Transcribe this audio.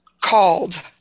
called